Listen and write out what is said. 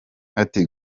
ati